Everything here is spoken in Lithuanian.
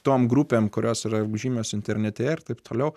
tom grupėm kurios yra žymios internete ir taip toliau